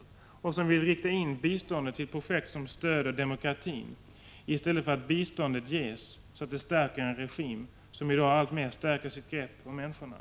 I reservationen vill vi också rikta in biståndet till projekt som stöder demokratin i stället för att ge ett bistånd som gynnar en regim som i dag alltmer stärker sitt grepp — Prot. 1985/86:117 om människorna.